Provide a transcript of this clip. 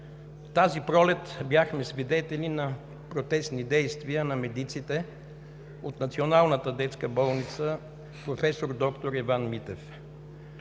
Тази пролет бяхме свидетели на протестни действия на медиците от Националната детска болница „Проф. д-р Иван Митев“.